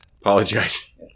apologize